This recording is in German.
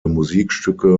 musikstücke